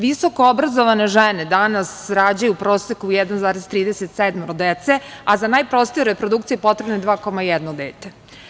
Visoko obrazovane žene danas rađaju u proseku 1,37 dece, a za najprostiju reprodukciju je potrebno 2,1 dete.